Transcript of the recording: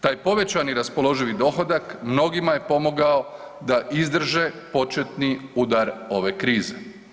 Taj povećani raspoloživi dohodak mnogima je pomogao da izdrže početni udar ove krize.